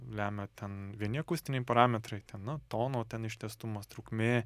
lemia ten vieni akustiniai parametrai ten nu tono ten ištęstumas trukmė